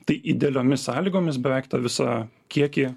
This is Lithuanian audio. tai idealiomis sąlygomis beveik tą visą kiekį